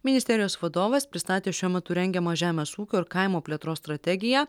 ministerijos vadovas pristatė šiuo metu rengiamą žemės ūkio ir kaimo plėtros strategiją